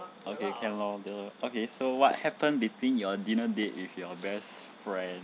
okay can lor the okay so what happen between your dinner date with your best friend